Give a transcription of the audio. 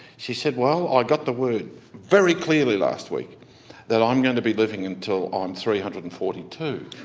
she said, well, i got the word very clearly last week that i'm going to be living until ah i'm three hundred and forty two!